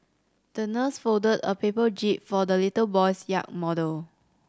the nurse folded a paper jib for the little boy's yacht model